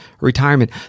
retirement